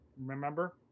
remember